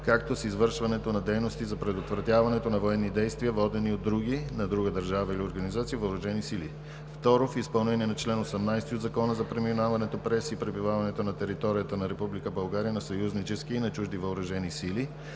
както с извършването на дейности за предотвратяването на военни действия, водени от други, на друга държава или организация въоръжени сили. Второ, в изпълнение на чл. 17 от Закона за преминаването през и пребиваването на територията на Република България на съюзнически и на чужди въоръжени сили